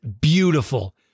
beautiful